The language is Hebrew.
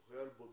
שהיה חייל בודד